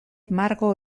margo